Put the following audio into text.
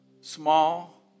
small